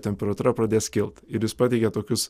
temperatūra pradės kilt ir jis pateikia tokius